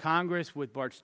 congress with bart